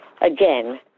again